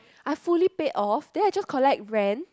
I fully pay off then I just collect rent